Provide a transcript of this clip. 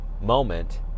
moment